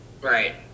right